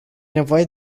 nevoie